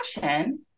passion